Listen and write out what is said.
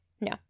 No